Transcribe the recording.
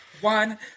one